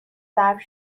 ظرف